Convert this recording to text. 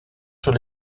sur